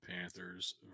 Panthers